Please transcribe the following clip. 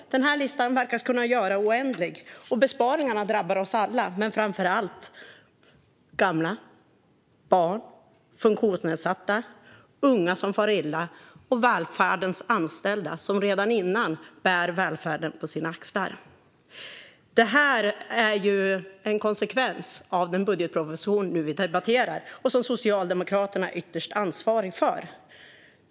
Denna lista verkar kunna göras oändlig. Besparingarna drabbar oss alla, men framför allt gamla, barn, funktionsnedsatta, unga som far illa och välfärdens anställda, som redan innan bär välfärden på sina axlar. Detta är en konsekvens av den budgetproposition vi nu debatterar, som Socialdemokraterna är ytterst ansvariga för.